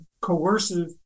coercive